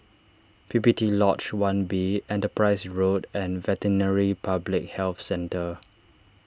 P P T Lodge one B Enterprise Road and Veterinary Public Health Centre